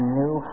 new